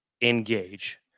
engage